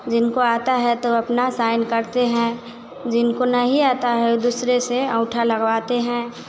जिनको आता है तो अपना साइन करते हैं जिनको नहीं आता है उ दूसरे से अंगूठा लगवाते हैं